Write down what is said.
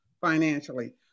financially